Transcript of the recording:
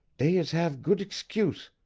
dey is have good excuse,